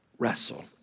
wrestle